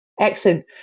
Excellent